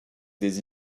des